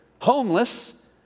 homeless